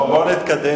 בואו ונתקדם.